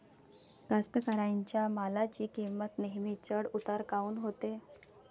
कास्तकाराइच्या मालाची किंमत नेहमी चढ उतार काऊन होते?